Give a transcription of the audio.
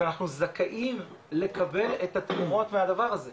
ואנחנו זכאים לקבל את התרומות מהדבר הזה,